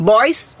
Boys